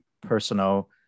personal